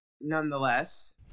nonetheless